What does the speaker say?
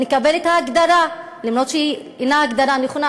נקבל את ההגדרה אף שהיא אינה הגדרה נכונה,